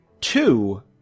Two